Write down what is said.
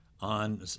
on